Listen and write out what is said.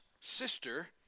sister